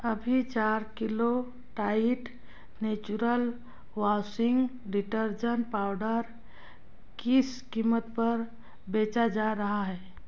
अभी चार kilo Tide natural washing detergent powder किस कीमत पर बेचा जा रहा है